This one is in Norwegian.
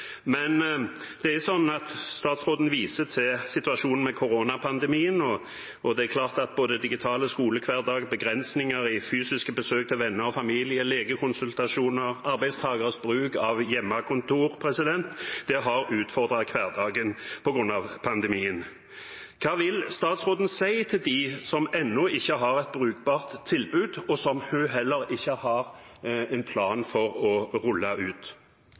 Statsråden viste til situasjonen med koronapandemien, og det er klart at både digital skolehverdag, begrensninger i fysiske besøk av venner og familie, legekonsultasjoner og arbeidstakeres bruk av hjemmekontor har utfordret hverdagen. Hva vil statsråden si til dem som ennå ikke har et brukbart tilbud, og som hun heller ikke har en plan for å rulle ut?